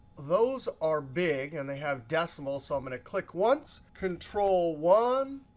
those are big and they have decimals. so i'm going to click once, control one.